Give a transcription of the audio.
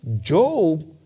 Job